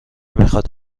میخاد